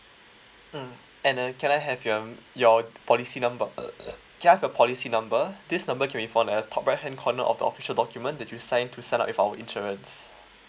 mm and uh can I have your mm your policy number can I have your policy number this number can be found at the top right hand corner of the official document that you sign to sign up with our insurance